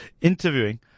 interviewing